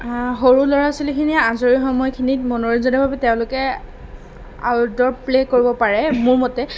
সৰু ল'ৰা ছোৱালীখিনিয়ে আজৰি সময়খিনিত মনোৰঞ্জনৰ বাবে তেওঁলোকে আউটড'ৰ প্লে কৰিব পাৰে মোৰ মতে